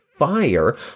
fire